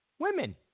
Women